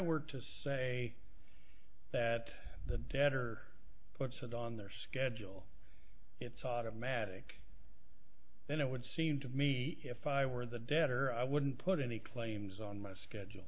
were to say that the debtor puts it on their schedule it's automatic and it would seem to me if i were the debtor i wouldn't put any claims on my schedule